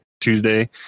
Tuesday